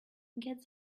get